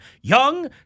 young